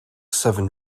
southern